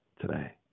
today